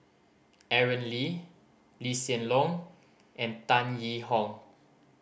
Aaron Lee Lee Hsien Loong and Tan Yee Hong